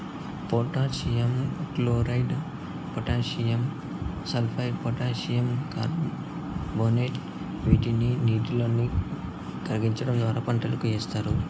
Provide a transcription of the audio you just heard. potassium chloride, potassium sulphate, potassium carbonate వీటిని నీటిలో కరిగించడం ద్వారా పంటలకు ఏస్తారు